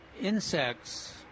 insects